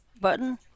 button